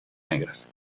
negras